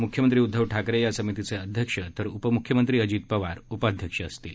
मुख्यमंत्री उद्धव ठाकरे या समितीचे अध्यक्ष तर उपमुख्यमंत्री अजित पवार उपाध्यक्ष असतील